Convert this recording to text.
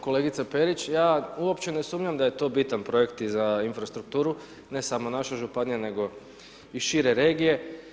Kolegice Perić, ja uopće ne sumnjam da je to bitan projekt i za infrastrukturu ne samo naše županije nego i šire regije.